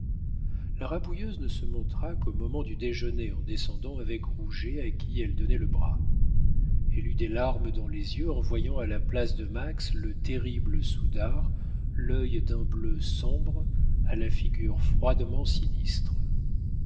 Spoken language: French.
la rabouilleuse ne se montra qu'au moment du déjeuner en descendant avec rouget à qui elle donnait le bras elle eut des larmes dans les yeux en voyant à la place de max le terrible soudard à l'œil d'un bleu sombre à la figure froidement sinistre